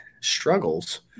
struggles